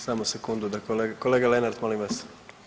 Samo sekundu da kolega Lenart molim vas.